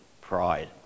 pride